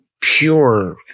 pure